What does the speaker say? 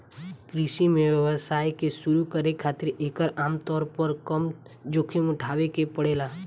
कृषि में व्यवसाय के शुरू करे खातिर एकर आमतौर पर कम जोखिम उठावे के पड़ेला